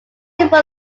were